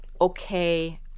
okay